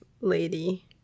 lady